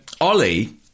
Ollie